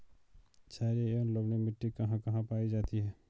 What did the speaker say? छारीय एवं लवणीय मिट्टी कहां कहां पायी जाती है?